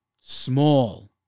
Small